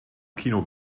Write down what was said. kino